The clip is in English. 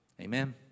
Amen